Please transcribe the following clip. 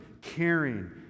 caring